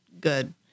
good